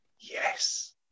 yes